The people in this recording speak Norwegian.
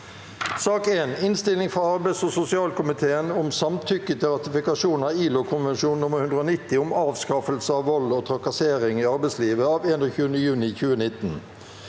89): 1. Innstilling fra arbeids- og sosialkomiteen om Samtykke til ratifikasjon av ILO-konvensjon nr. 190 om avskaffelse av vold og trakassering i arbeidslivet av 2. juni 2019